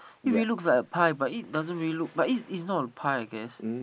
if it looks like a pie but it doesn't really look but it's it's not a pie I guess